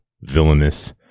villainous